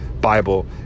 Bible